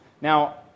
Now